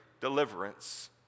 deliverance